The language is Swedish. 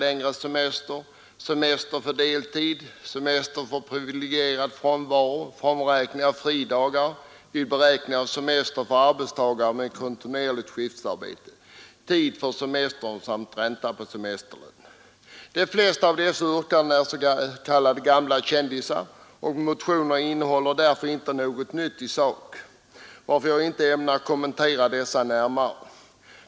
De flesta av dessa yrkanden är s.k. gamla kändisar, och motionerna innehåller därför inte något nytt i sak, varför jag inte ämnar kommentera dem närmare.